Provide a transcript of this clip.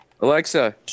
Alexa